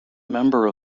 member